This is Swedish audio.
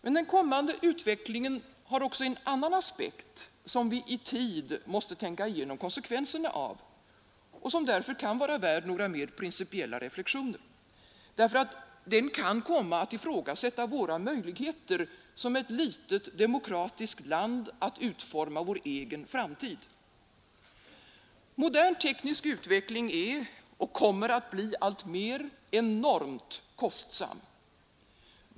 Men den kommande utvecklingen har också en annan aspekt, som vi i tid måste tänka igenom konsekvenserna av och som därför kan vara värd några mer principiella reflexioner. Den kan nämligen komma att ifrågasätta våra möjligheter som ett litet, demokratiskt land att utforma vår egen framtid. Modern teknisk utveckling är och kommer alltmer att bli enormt kostsam.